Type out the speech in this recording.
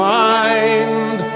mind